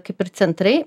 kaip ir centrai